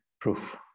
proof